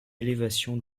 élévation